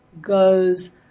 goes